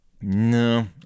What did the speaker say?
No